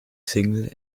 single